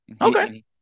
Okay